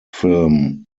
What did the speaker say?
film